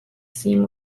seem